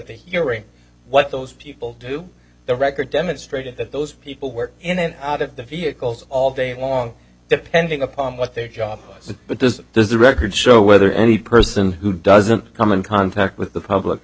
the hearing what those people do the record demonstrated that those people were in and out of the vehicles all day long depending upon what their job was but this does the record show whether any person who doesn't come in contact with the public